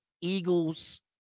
Eagles